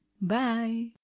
Bye